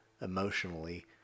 emotionally